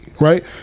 right